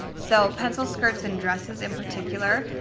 so pencil skirts and dresses in particular.